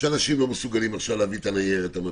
שאנשים לא מסוגלים עכשיו להביא את הניירת המתאימה,